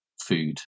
food